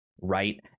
right